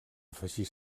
afegir